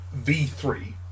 V3